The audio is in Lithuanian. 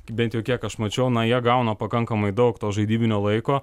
bent jau kiek aš mačiau na jie gauna pakankamai daug to žaidybinio laiko